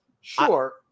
sure